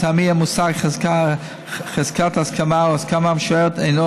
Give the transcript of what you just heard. המושג חזקת הסכמה או הסכמה משוערת אינו